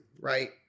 right